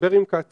מדבר עם קצ"א,